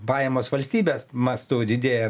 pajamos valstybės mastu didėja